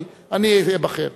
כי אני אבחר.